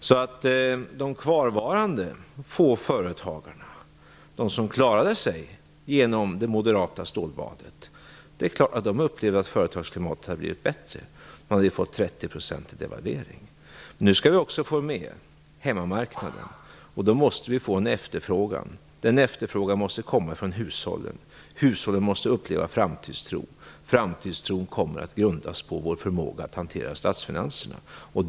De få kvarvarande företagarna, som klarade sig genom det moderata stålbadet, upplevde naturligtvis att företagsklimatet hade blivit bättre. De hade ju fått en devalvering på 30 %. Nu skall hemmamarknaden få mer, och då måste det bli en efterfrågan. Efterfrågan måste komma från hushållen. Hushållen måste uppleva framtidstro. Framtidstron kommer att grundas på vår förmåga att hantera statsfinanserna.